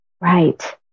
Right